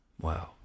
Wow